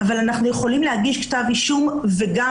אבל אנחנו יכולים להגיש כתב אישום וגם